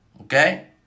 Okay